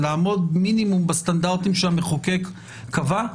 לעמוד מינימום בסטנדרטים שהמחוקק קבע,